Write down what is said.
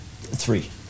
Three